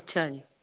ਅੱਛਾ ਜੀ